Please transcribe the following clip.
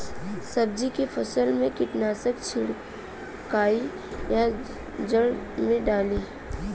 सब्जी के फसल मे कीटनाशक छिड़काई या जड़ मे डाली?